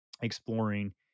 exploring